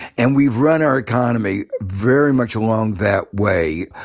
and we've run our economy very much along that way.